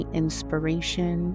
inspiration